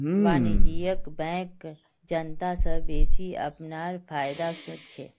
वाणिज्यिक बैंक जनता स बेसि अपनार फायदार सोच छेक